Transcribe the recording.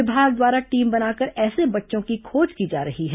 विभाग द्वारा टीम बनाकर ऐसे बच्चों की खोज की जा रही है